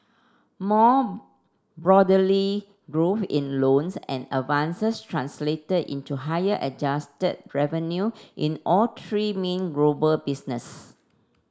more broadly growth in loans and advances translated into higher adjusted revenue in all three main global business